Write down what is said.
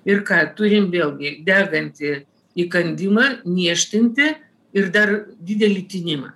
ir ką turim vėlgi degantį įkandimą niežtintį ir dar didelį tinimą